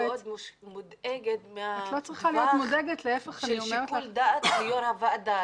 אני מאוד מודאגת מהטווח של שיקול הדעת של יו"ר הוועדה.